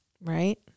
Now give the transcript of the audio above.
Right